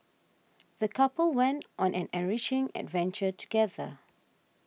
the couple went on an enriching adventure together